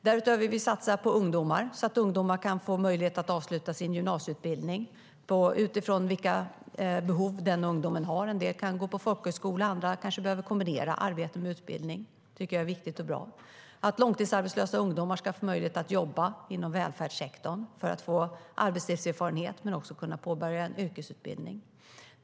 Därutöver vill vi satsa på ungdomar, så att varje ungdom får möjlighet att avsluta sin gymnasieutbildning utifrån de behov den ungdomen har. En del kan gå på folkhögskola, och andra kanske behöver kombinera arbete med utbildning. Det tycker jag är viktigt och bra. Långtidsarbetslösa ungdomar ska få möjlighet att jobba inom välfärdssektorn för att få arbetslivserfarenhet och kunna påbörja en yrkesutbildning.